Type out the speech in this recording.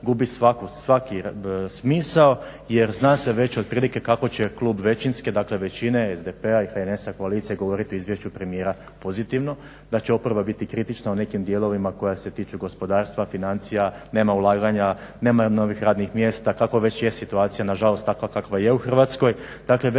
gubi svaki smio je zna se već otprilike kako se klub većinske dakle većine SDP-a i HNS-a koalicije govoriti o izvješću premijera pozitivno, da će oporba biti kritična u nekim dijelovima koja se tiču gospodarstva, financija, nema ulaganja, nema novih radnih mjesta kako ve ć je situacija nažalost takva kakva je u Hrvatskoj.